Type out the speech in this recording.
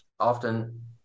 often